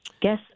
Guess